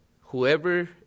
whoever